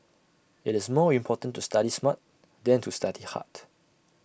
IT is more important to study smart than to study hard